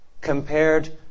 compared